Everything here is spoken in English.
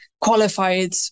qualified